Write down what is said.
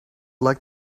like